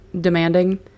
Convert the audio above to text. demanding